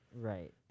Right